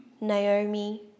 Naomi